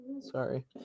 sorry